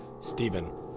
Stephen